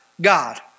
God